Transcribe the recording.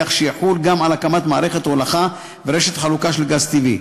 כך שיחול גם על הקמת מערכת הולכה ורשת חלוקה של גז טבעי.